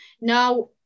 Now